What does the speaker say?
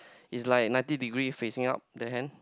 is like ninety degree facing out then